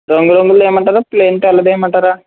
రంగురంగులది ఇమ్మంటారా ప్లైన్ తెల్లదే ఇమ్మంటారా